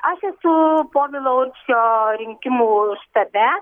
aš esu povilourbšio rinkimų štabe